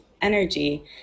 energy